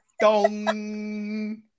Dong